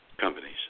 companies